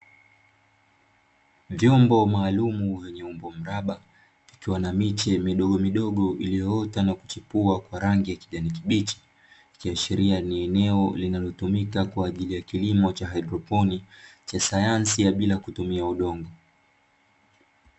Vyombo maalumu vyenye umbo mraba ikiwa na miche midogo midogo iliyoota na kuchipua kwa rangi ya kijani kibichi, ikiashiria ni eneo linalotumika kwa ajili ya kilimo cha haidroponiki cha sayansi ya bila kutumia udongo.